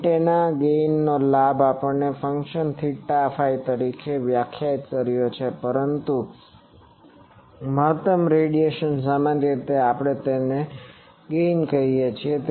antenna ગેઇનનો લાભ આપણે ફંક્શન થીટા ફાઈ તરીકે વ્યાખ્યાયિત કર્યો છે પરંતુ મહત્તમ રેડિયેશન સામાન્ય રીતે આપણે તેને ગેઇન કહીએ છીએ